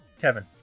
Kevin